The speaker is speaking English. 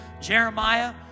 Jeremiah